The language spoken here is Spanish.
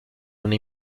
una